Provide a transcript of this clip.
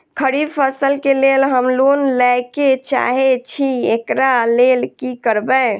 खरीफ फसल केँ लेल हम लोन लैके चाहै छी एकरा लेल की करबै?